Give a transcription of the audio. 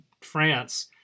France